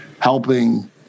helping